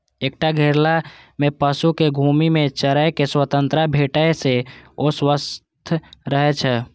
एकटा घेरल हिस्सा मे पशु कें घूमि कें चरै के स्वतंत्रता भेटै से ओ स्वस्थ रहै छै